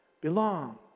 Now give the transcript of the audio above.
belong